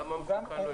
לא הבנתי למה זה מסוכן.